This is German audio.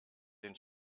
den